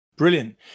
Brilliant